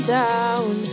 down